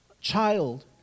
child